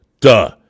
Duh